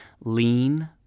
lean